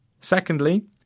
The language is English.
Secondly